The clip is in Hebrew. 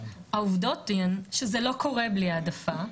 העובדות הן שזה לא קורה בלי העדפה,